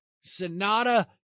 Sonata